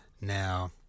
now